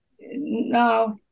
now